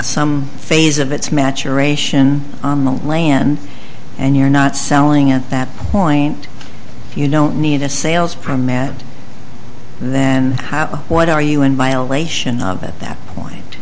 some phase of its maturation on the land and you're not selling at that point if you don't need a sales from mad then what are you in violation of at that point